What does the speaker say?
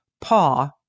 paw